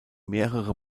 mehrere